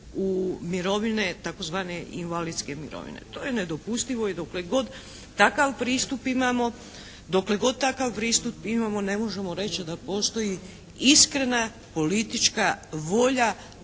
u mirovine tzv. invalidske mirovine. To je nedopustivo i dokle god takav pristup imamo, dokle god takav pristup imamo ne možemo reći da postoji iskrena politička volja